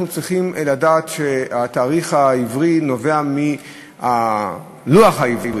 אנחנו צריכים לדעת שהתאריך העברי נובע מהלוח העברי,